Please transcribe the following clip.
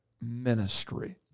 ministry